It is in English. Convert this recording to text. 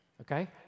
Okay